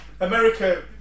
America